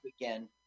again